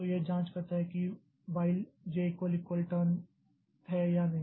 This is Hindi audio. तो यह जाँच करता है की while jturn है या नहीं